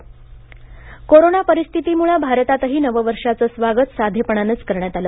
भारतात स्वागत कोरोना परिस्थितीमुळं भारतातही नववर्षाचं स्वागत साधेपणानंच करण्यात आलं